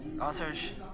Authors